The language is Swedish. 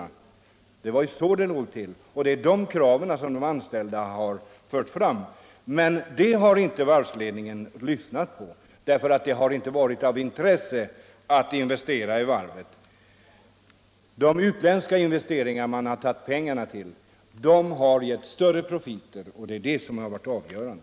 Det var så det låg till. Det var dessa krav de anställda framförde. Men dem har inte varvsledningen lyssnat på, därför att det inte har varit av intresse att investera i varvet. De utländska investeringar som man har använt pengarna till har givit större profiter, och det är det som har varit avgörande.